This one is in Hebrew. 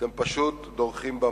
אתם פשוט דורכים במקום.